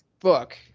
book